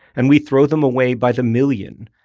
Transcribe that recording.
and we throw them away by the million,